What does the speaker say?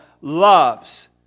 loves